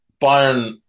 Bayern